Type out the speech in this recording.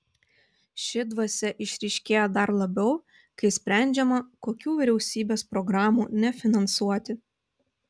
ši dvasia išryškėja dar labiau kai sprendžiama kokių vyriausybės programų nefinansuoti